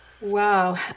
wow